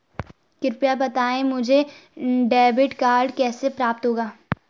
कृपया बताएँ मुझे डेबिट कार्ड कैसे प्राप्त होगा?